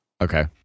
Okay